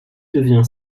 devient